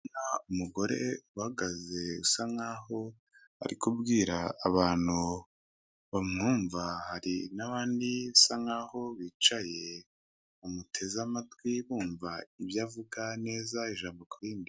Ndikubona umugore uhagaze usa nkaho ari kubwira abantu bamwumva hari n'abandi bisa nkaho bicaye bamuteze amatwi bumva ibyo avuga neza ijambo kuri rindi .